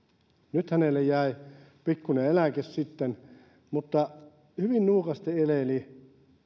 nyt hänelle jäi pikkuinen eläke sitten mutta hän hyvin nuukasti eleli